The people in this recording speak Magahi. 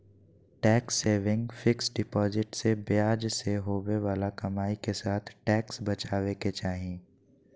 टैक्स सेविंग फिक्स्ड डिपाजिट से ब्याज से होवे बाला कमाई के साथ टैक्स बचाबे के चाही